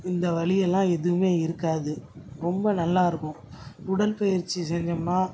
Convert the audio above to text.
இந்த வலியெல்லாம் எதுவுமே இருக்காது ரொம்ப நல்லாயிருக்கும் உடற்பயிற்சி செஞ்சோம்னா